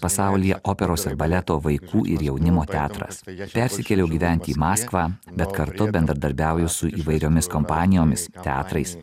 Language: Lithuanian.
pasaulyje operos ir baleto vaikų ir jaunimo teatras persikėliau gyventi į maskvą bet kartu bendradarbiauju su įvairiomis kompanijomis teatrais